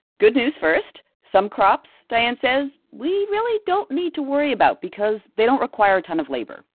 good news first some crops, diane says, we really don't need to worry about because they don't require a ton of labor.